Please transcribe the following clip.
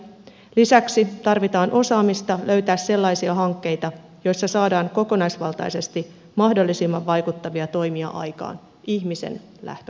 lisäksi tarvitaan osaamista löytää sellaisia hankkeita joissa saadaan kokonaisvaltaisesti mahdollisimman vaikuttavia toimia aikaan ihmisen lähtökulmasta